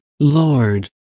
Lord